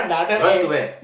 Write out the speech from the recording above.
run to where